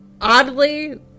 Oddly